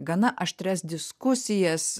gana aštrias diskusijas